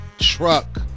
truck